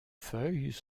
feuilles